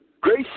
Grace